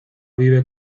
vive